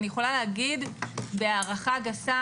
אני יכול להגיד בהערכה גסה,